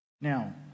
Now